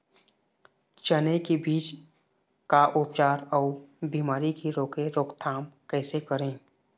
चने की बीज का उपचार अउ बीमारी की रोके रोकथाम कैसे करें?